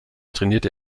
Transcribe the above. trainierte